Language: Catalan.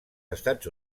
estats